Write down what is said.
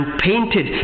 painted